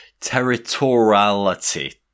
Territoriality